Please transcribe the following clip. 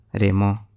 remo